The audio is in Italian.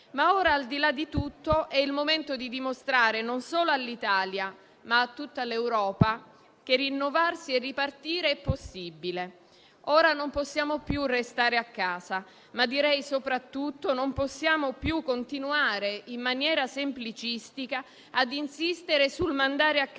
Ma ora, al di là di tutto, è il momento di dimostrare non solo all'Italia, ma a tutta l'Europa, che rinnovarsi e ripartire è possibile. Ora non possiamo più restare a casa, ma direi soprattutto che non possiamo più continuare, in maniera semplicistica, a insistere sul mandare a casa